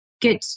good